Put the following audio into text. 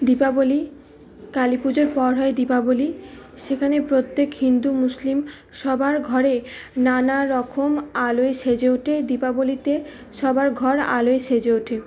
দীপাবলী কালী পুজোর পর হয় দীপাবলী সেখানে প্রত্যেক হিন্দু মুসলিম সবার ঘরে নানা রকম আলোয় সেজে ওঠে দীপাবলীতে সবার ঘর আলোয় সেজে ওঠে